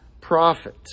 prophet